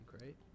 right